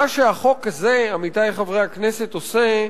מה שהחוק הזה, עמיתי חברי הכנסת, עושה,